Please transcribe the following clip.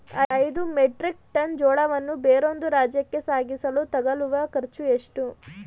ಐದು metric ton ಜೋಳವನ್ನು ಬೇರೊಂದು ರಾಜ್ಯಕ್ಕೆ ಸಾಗಿಸಲು ತಗಲುವ ಖರ್ಚು ಎಷ್ಟು?